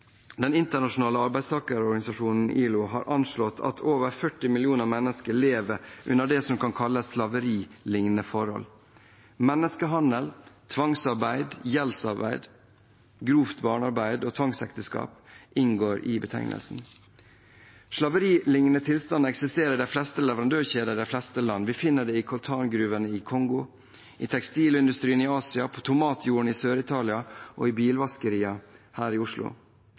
Den internasjonale arbeidsorganisasjonen, ILO, har anslått at over 40 millioner mennesker lever under det som kan kalles slaveriliknende forhold. Menneskehandel, tvangsarbeid, gjeldsarbeid, grovt barnearbeid og tvangsekteskap inngår i betegnelsen. Slaveriliknende tilstander eksisterer i de fleste leverandørkjeder i de fleste land. Vi finner det i coltangruvene i Kongo, i tekstilindustrien i Asia, på tomatjordene i Sør-Italia og i bilvaskerier i Oslo.